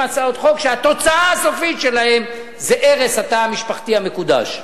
הצעות חוק שהתוצאה הסופית שלהן זה הרס התא המשפחתי המקודש.